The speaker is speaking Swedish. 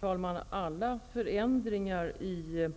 Herr talman! Alla förändringar i